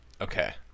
Okay